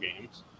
games